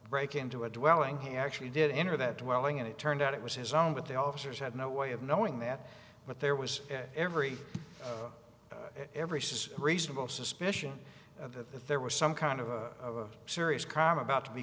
break into a dwelling he actually did enter that dwelling and it turned out it was his own but the officers had no way of knowing that but there was every every says reasonable suspicion and that if there was some kind of a serious crime about to be